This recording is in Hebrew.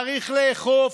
צריך לאכוף,